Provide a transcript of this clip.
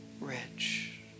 rich